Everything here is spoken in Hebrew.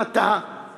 אם אתה נתבע.